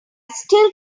still